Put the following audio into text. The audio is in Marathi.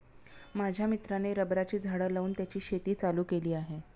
माझ्या मित्राने रबराची झाडं लावून त्याची शेती चालू केली आहे